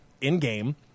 in-game